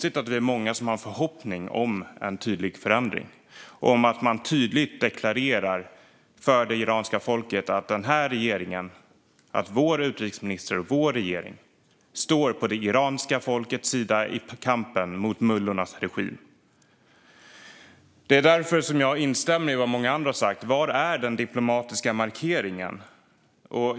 Därför är vi många som har en förhoppning om en förändring där denna regering och utrikesminister tydligt deklarerar för det iranska folket att Sverige står på det iranska folkets sida i kampen mot mullornas regim. Jag instämmer därför i vad många andra sagt: Var är den diplomatiska markeringen?